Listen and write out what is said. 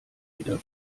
wieder